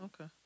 Okay